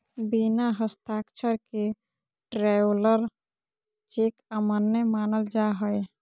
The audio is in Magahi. बिना हस्ताक्षर के ट्रैवलर चेक अमान्य मानल जा हय